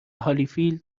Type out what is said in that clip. هالیفیلد